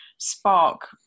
spark